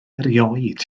erioed